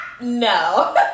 No